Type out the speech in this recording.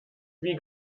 wie